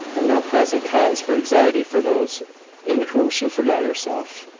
and no present cause for anxiety for those in whom she forgot herself.